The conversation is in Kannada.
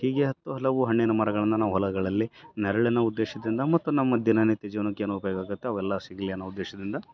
ಹೀಗೆ ಹತ್ತು ಹಲವು ಹಣ್ಣಿನ ಮರಗಳನ್ನ ನಾವು ಹೊಲಗಳಲ್ಲಿ ನೆರಳಿನ ಉದ್ದೇಶದಿಂದ ಮತ್ತು ನಮ್ಮ ದಿನನಿತ್ಯ ಜೀವ್ನಕ್ಕೆ ಏನು ಉಪಯೋಗ ಆಗತ್ತೆ ಅವೆಲ್ಲ ಸಿಗಲಿ ಅನ್ನೋ ಉದ್ದೇಶದಿಂದ